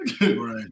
Right